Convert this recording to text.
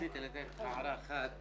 רק רציתי לתת הערה אחת,